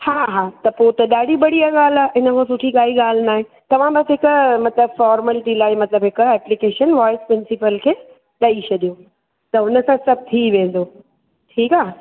हा हा त पो त ॾाढी बढ़िया ॻाल्हि आहे इनखां सुठी काई ॻाल्हि न आहे तव्हां बसि हिक मतिलब फ़ॉर्मलटी लाइ मतिलब हिक एप्लीकेशन मतिलब वाईस प्रिंसीपल खे ॾई छॾियो त उनसां सभु थी वेंदो ठीकु आहे